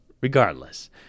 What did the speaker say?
Regardless